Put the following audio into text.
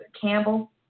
Campbell